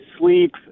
sleep